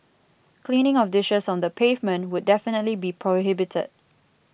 cleaning of dishes on the pavement would definitely be prohibited